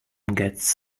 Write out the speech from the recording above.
gets